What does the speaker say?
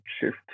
shift